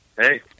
Hey